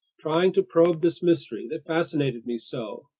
trying to probe this mystery that fascinated me so.